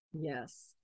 yes